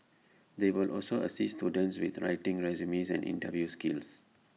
they will also assist students with writing resumes and interview skills